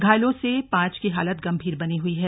घायलों में से पांच की हालत गंभीर बनी हुई है